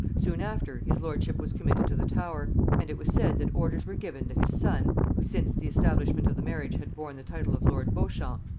soon after, his lordship was committed to the tower and it was said that orders were given that his son, who since the establishment of the marriage had borne the title of lord beauchamp,